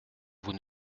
vous